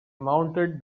mounted